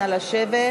נא לשבת.